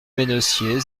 mennessier